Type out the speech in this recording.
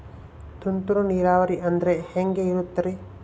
ತುಂತುರು ನೇರಾವರಿ ಅಂದ್ರೆ ಹೆಂಗೆ ಇರುತ್ತರಿ?